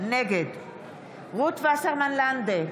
נגד רות וסרמן לנדה,